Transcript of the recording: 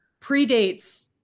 predates